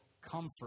comfort